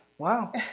Wow